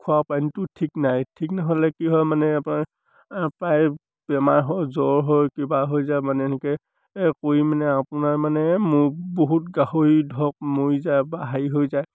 খোৱাপানীটো ঠিক নাই ঠিক নহ'লে কি হয় মানে আপোনাৰ প্ৰায় বেমাৰ হয় জ্বৰ হয় কিবা হৈ যায় মানে এনেকৈ কৰি মানে আপোনাৰ মানে মোৰ বহুত গাহৰি ধৰক মৰি যায় বা হেৰি হৈ যায়